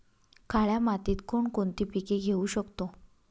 काळ्या मातीत कोणकोणती पिके घेऊ शकतो?